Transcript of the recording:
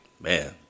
Man